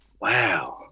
wow